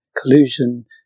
collusion